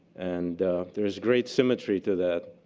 and there's great symmetry to that.